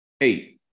eight